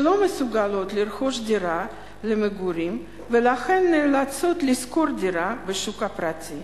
שלא מסוגלות לרכוש דירה למגורים ולכן נאלצות לשכור דירה בשוק הפרטי.